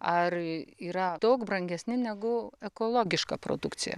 ar yra daug brangesni negu ekologiška produkcija